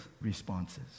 responses